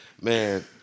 Man